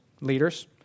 leaders